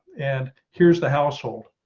and here's the household.